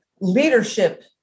Leadership